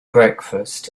breakfast